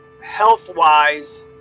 health-wise